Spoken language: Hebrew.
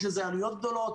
יש לזה עלויות גדולות.